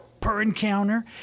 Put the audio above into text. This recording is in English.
per-encounter